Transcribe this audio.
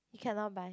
you cannot buy